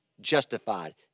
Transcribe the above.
justified